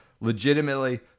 legitimately